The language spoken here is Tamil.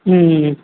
ம் ம் ம்